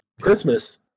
Christmas